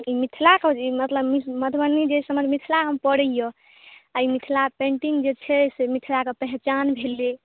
मिथिलाके मतलब मधुबनी जे हमर मिथिलामे पड़ैया आ ई मिथिला पेन्टिंग जे छै मिथिलेमे मिथिला के पहचान भेलै